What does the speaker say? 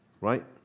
right